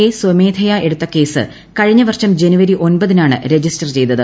A സ്വമേധയാ എടുത്ത case കഴിഞ്ഞ വർഷം ജനുവരി ഒൻപതിനാണ് രജിസ്റ്റർ ചെയ്തത്